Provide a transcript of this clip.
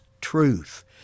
truth